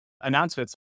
announcements